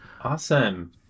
Awesome